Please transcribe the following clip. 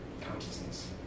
consciousness